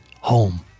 home